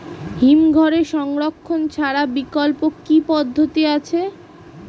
হিমঘরে সংরক্ষণ ছাড়া বিকল্প কি পদ্ধতি আছে?